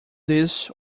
this